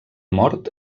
mort